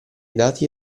dati